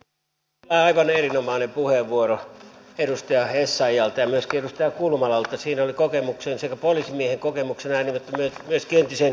joo aivan erinomainen puheenvuoro edustaja essayahlta ja myöskin edustaja kulmalalta siinä oli sekä poliisimiehen kokemuksen ääni että myöskin entisen europarlamentaarikon